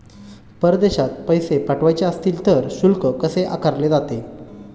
परदेशात पैसे पाठवायचे असतील तर शुल्क कसे आकारले जाते?